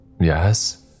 Yes